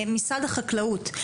משרד החקלאות,